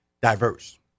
diverse